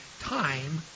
time